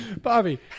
Bobby